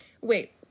Wait